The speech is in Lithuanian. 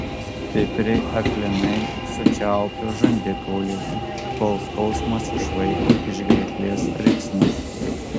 stipriai aklinai sučiaupiu žandikaulį kol skausmas išvaiko iš gerklės riksmus